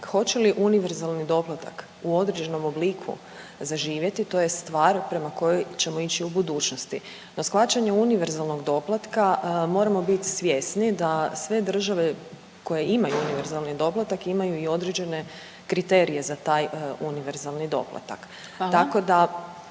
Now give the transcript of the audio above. hoće li univerzalni doplatak u određenom obliku zaživjeti, to je stvar prema kojoj ćemo ići u budućnosti. No shvaćanje univerzalnog doplatka moramo bit svjesni da sve države koje imaju univerzalni doplatak, imaju i određene kriterije za taj univerzalni doplatak. …/Upadica